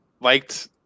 liked